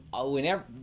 whenever